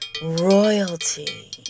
Royalty